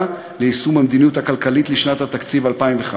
ליישום המדיניות הכלכלית לשנת התקציב 2015),